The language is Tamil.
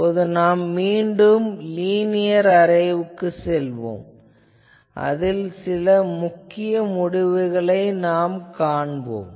இப்போது நாம் மீண்டும் லினியர் அரேவுக்கு செல்வோம் சில முக்கிய முடிவுகளைக் காண்போம்